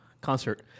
concert